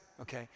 Okay